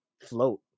float